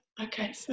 okay